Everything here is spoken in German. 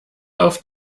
auf